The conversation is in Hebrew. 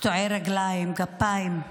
קטועי רגליים, גפיים,